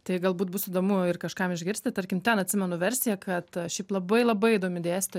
tai galbūt bus įdomu ir kažkam išgirsti tarkim ten atsimenu versiją kad šiaip labai labai įdomi dėstytoja